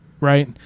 right